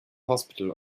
hospital